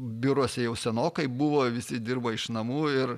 biuruose jau senokai buvo visi dirbo iš namų ir